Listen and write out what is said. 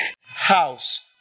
house